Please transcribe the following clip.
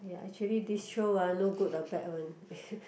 ya actually this show uh no good ah bad one